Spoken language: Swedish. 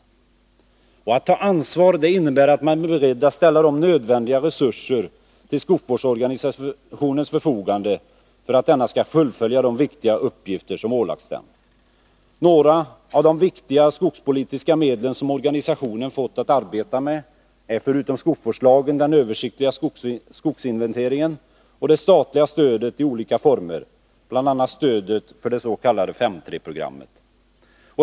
Att ta ansvar innebär att man är beredd att ställa nödvändiga resurser till skogsvårdsorganisationens förfogande för att denna skall kunna fullfölja de viktiga uppgifter som ålagts den. Några av de viktiga skogspolitiska medel som organisationen fått att arbeta med är förutom skogsvårdslagen, den översiktliga skogsinventeringen och det statliga stödet i olika former, bl.a. stödet för det s.k. 5:3-programmet.